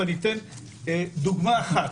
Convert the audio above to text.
אני אתן דוגמה אחת.